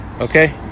Okay